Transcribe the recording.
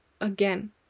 Again